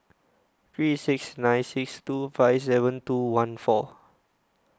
three six nine six two five seven two one four